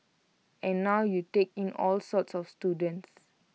and now you take in all sorts of students